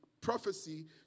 prophecy